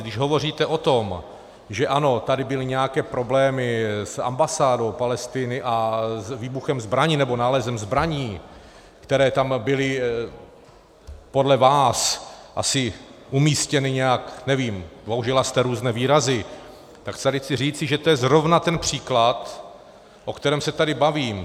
Když hovoříte o tom, že ano, tady byly nějaké problémy s ambasádou Palestiny a s výbuchem zbraní, nebo nálezem zbraní, které tam byly podle vás asi umístěny nějak nevím, použila jste různé výrazy tak tady chci říci, že to je zrovna ten příklad, o kterém se tady bavím.